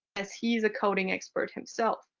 as he is a coding expert himself.